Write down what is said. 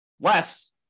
Less